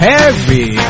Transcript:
Harry